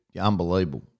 Unbelievable